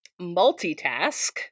multitask